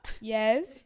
Yes